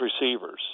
receivers